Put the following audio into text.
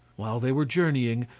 while they were journeying,